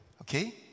Okay